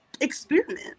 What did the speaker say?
experiment